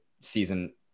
season